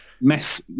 Mess